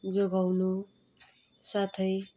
जोगाउनु साथै